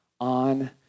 on